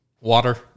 water